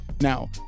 Now